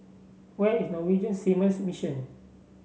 where is Norwegian Seamen's Mission